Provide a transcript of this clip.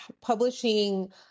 publishing